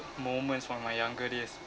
moments from my younger days